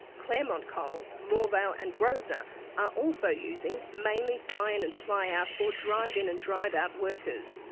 clermont coal, moorvale and grosvenor are also using mainly fly-in and fly-out or drive-in and drive-out workers.